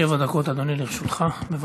שבע דקות, אדוני, לרשותך.